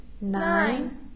nine